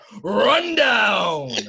Rundown